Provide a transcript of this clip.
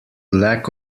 lack